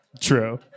true